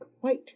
white